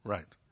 Right